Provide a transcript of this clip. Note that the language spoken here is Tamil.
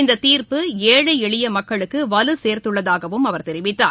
இந்த தீர்ப்பு ஏழை எளிய மக்களுக்கு வலு சேர்துள்ளதாகவும் அவர் தெரிவித்தார்